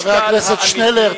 חבר הכנסת שנלר,